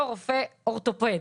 זה לא קשור להיותו רופא אורתופד.